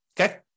okay